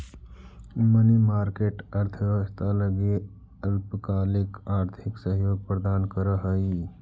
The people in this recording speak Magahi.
मनी मार्केट अर्थव्यवस्था लगी अल्पकालिक आर्थिक सहयोग प्रदान करऽ हइ